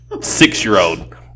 Six-year-old